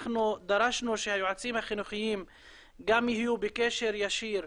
אנחנו דרשנו שהיועצים החינוכיים גם יהיו בקשר ישיר,